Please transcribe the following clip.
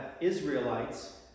Israelites